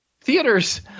theaters